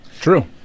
true